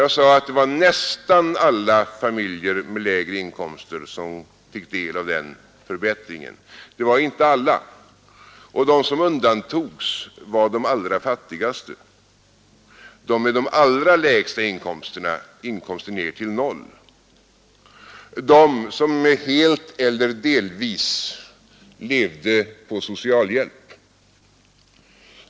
Jag sade att det var nästan alla familjer med lägre inkomster som fick del av den förbättringen. Det var inte alla. Och de som undantogs var de allra fattigaste, de med de allra lägsta inkomsterna, dvs. inkomster ner till noll, alltså de familjer som helt eller delvis levde på socialhjälp.